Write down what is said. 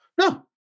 No